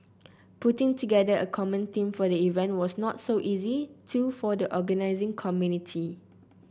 putting together a common theme for the event was not so easy too for the organising committee